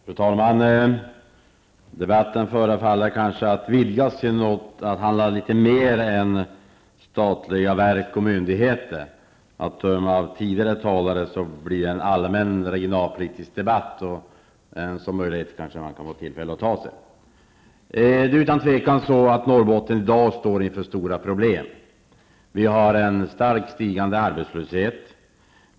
Fru talman! Debatten förefaller ha vidgats till att handla om litet mera än enbart statliga verk och myndigheter. Att döma av tidigare talare har det blivit en allmän regionalpolitisk debatt. En sådan möjlighet kan man ju få tillfälle att ta sig. Det är utan tvivel så att Norrbotten i dag står inför stora problem. Vi har en starkt stigande arbetslöshet.